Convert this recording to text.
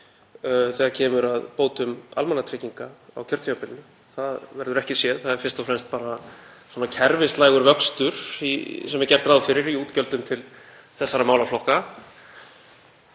þegar kemur að bótum almannatrygginga á kjörtímabilinu. Það verður ekki séð. Það er fyrst og fremst bara kerfislægur vöxtur sem er gert ráð fyrir í útgjöldum til þessara málaflokka.